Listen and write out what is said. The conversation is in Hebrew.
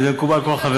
אם זה מקובל על כל חברי,